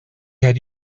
had